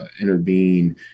intervene